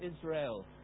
Israel